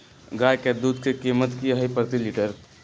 गाय के दूध के कीमत की हई प्रति लिटर?